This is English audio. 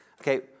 okay